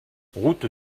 route